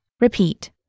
repeat